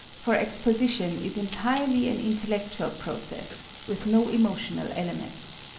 for exposition is entirely an intellectual process, with no emotional element.